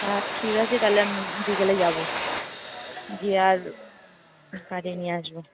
হ্যাঁ ঠিক আছে তাহলে আমি বিকেলে যাবো গিয়ে আর নিয়ে আসবো